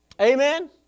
Amen